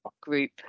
Group